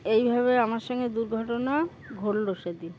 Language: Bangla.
এভাবে আমার সঙ্গে দুর্ঘটনা ঘটল সেদিন